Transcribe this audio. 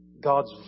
God's